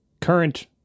current